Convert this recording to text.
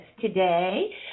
today